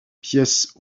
pièces